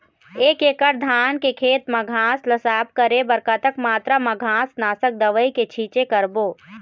एक एकड़ धान के खेत मा घास ला साफ करे बर कतक मात्रा मा घास नासक दवई के छींचे करबो?